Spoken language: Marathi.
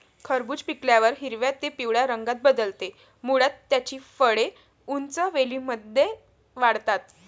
खरबूज पिकल्यावर हिरव्या ते पिवळ्या रंगात बदलते, मुळात त्याची फळे उंच वेलींमध्ये वाढतात